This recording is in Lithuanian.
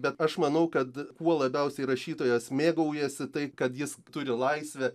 bet aš manau kad kuo labiausiai rašytojas mėgaujasi tai kad jis turi laisvę